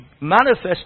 manifest